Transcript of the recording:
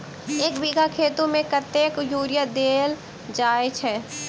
एक बीघा गेंहूँ मे कतेक यूरिया देल जाय छै?